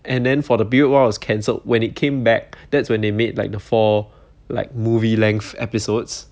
and then for the period while it was cancelled when it came back that's when they made like the four like movie length episodes